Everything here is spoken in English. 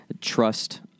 trust